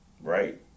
Right